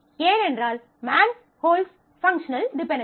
ஏனென்றால் man holds functional dependency